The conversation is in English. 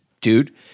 dude